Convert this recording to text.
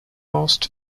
most